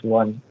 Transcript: one